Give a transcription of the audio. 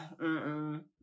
Mm-mm